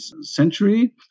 century